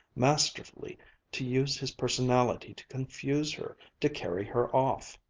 masterfully to use his personality to confuse her, to carry her off?